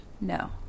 No